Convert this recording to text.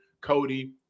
Cody